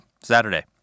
Saturday